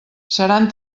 seran